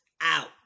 out